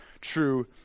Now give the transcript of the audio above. true